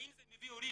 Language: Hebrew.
האם זה מביא עולים?